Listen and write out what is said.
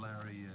Larry